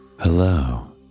Hello